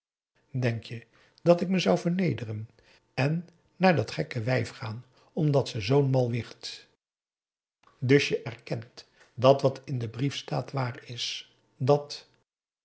denk je dat ik me zou vernederen en naar dat gekke wijf gaan omdat zoo'n mal wicht dus je erkent dat wat in dien brief staat waar is dat